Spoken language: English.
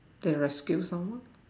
they rescue someone